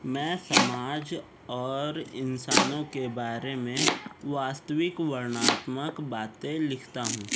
मैं समाज और इंसानों के बारे में वास्तविक वर्णनात्मक बातें लिखता हूँ